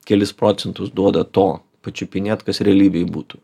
kelis procentus duoda to pačiupinėt kas realybėj būtų